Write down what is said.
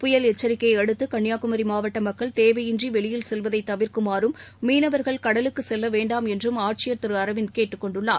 புயல் எச்சிக்கையை அடுத்து கன்னியாகுமரி மாவட்ட மக்கள் தேவையின்றி வெளியில் செல்வதை தவிர்க்குமாறும் மீனவர்கள் கடலுக்கு செல்ல வேண்டாம் என்றும் ஆட்சியர் திரு கேட்டுக்கொண்டுள்ளார்